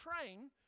train